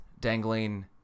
dangling